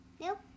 Nope